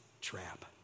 trap